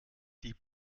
die